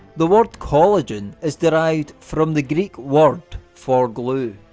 the word collagen is derived from the greek word for glue.